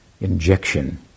injection